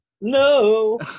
No